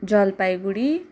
Jalpaiguri